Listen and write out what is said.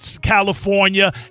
California